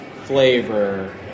flavor